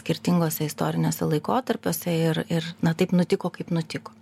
skirtinguose istoriniuose laikotarpiuose ir ir na taip nutiko kaip nutiko